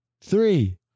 three